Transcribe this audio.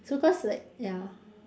so cause like ya